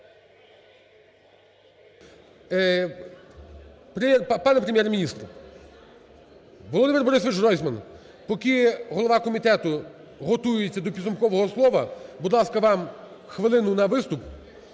Пане Прем'єр-міністр! Володимир БорисовичГройсман, поки голова комітету готується до підсумкового слова, будь ласка, вам хвилину на виступ.